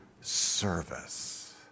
service